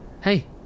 hey